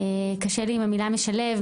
קשה לי עם המילה "משלב",